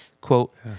Quote